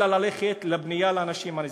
אלא ללכת לבנייה לאנשים נזקקים.